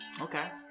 Okay